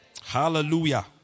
Hallelujah